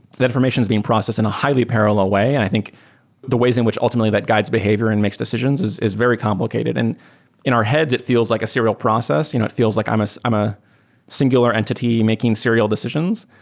that information is being processed in a highly parallel way. and i think the ways in which ultimately that guides behavior and makes decisions is is very complicated. and in our heads, it feels like a serial process. you know it feels like i'm a singular entity making serial decisions,